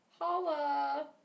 Holla